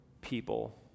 people